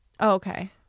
Okay